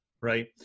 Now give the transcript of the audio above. right